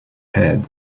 head